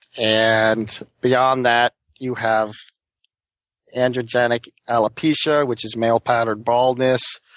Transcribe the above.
and beyond that, you have androgenic alopecia, which is male pattern baldness.